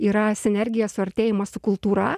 yra sinergija suartėjimas su kultūra